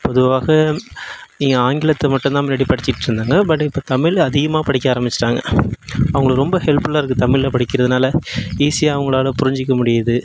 பொதுவாக இங்கே ஆங்கிலத்தை மட்டும்தான் முன்னாடி படிச்சுட்ருந்தாங்க பட் இப்போ தமிழில் அதிகமாக படிக்க ஆரமிச்சிட்டாங்க அவங்களுக்கு ரொம்ப ஹெல்ப்ஃபுல்லாக இருக்குது தமிழில் படிக்கிறதுனால் ஈஸியாக அவங்களால புரிஞ்சுக்க முடியுது